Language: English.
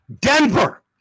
Denver